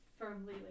firmly